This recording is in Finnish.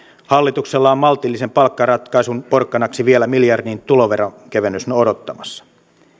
hallituksella on maltillisen palkkaratkaisun porkkanaksi vielä miljardin tuloveronkevennys odottamassa